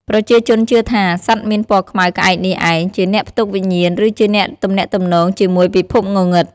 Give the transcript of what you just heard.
ប្រជាជនជឿថា សត្វមានពណ៌ខ្មៅក្អែកនេះឯង ជាអ្នកផ្ទុកវិញ្ញាណឬជាអ្នកទំនាក់ទំនងជាមួយពិភពងងឹត។